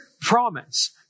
promise